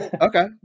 Okay